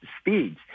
speeds